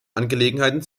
angelegenheiten